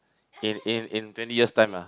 in in in twenty years time ah